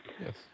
Yes